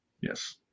Yes